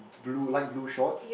blue light blue shorts